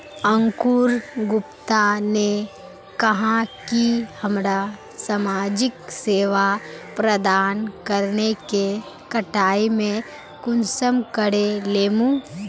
अंकूर गुप्ता ने कहाँ की हमरा समाजिक सेवा प्रदान करने के कटाई में कुंसम करे लेमु?